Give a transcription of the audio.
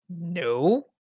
No